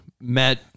met